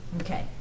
Okay